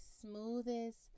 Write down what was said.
smoothest